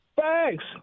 Thanks